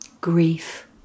grief